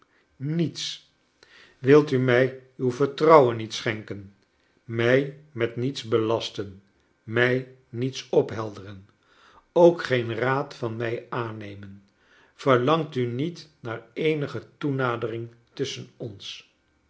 niets wilt u mij uw vertrouwen niet schenken mij met niets belasten mij niets ophelderen ook geen raad van mij aannemen verlangt u niet naar eenige toenadcring tusschen ons